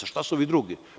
A, šta su ovi drugi?